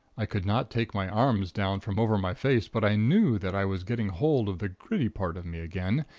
i could not take my arms down from over my face, but i knew that i was getting hold of the gritty part of me again.